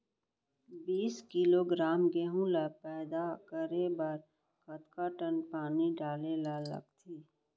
बीस किलोग्राम गेहूँ ल पैदा करे बर कतका टन पानी डाले ल लगथे?